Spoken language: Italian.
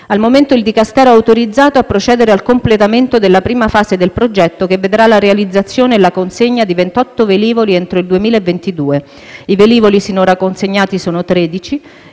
Al momento, il Dicastero è autorizzato a procedere al completamento della prima fase del progetto, che vedrà la realizzazione e la consegna di 28 velivoli entro il 2022 (i velivoli sinora consegnati sono 13),